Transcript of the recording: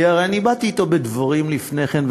כי הרי באתי אתו בדברים לפני כן,